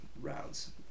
rounds